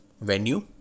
venue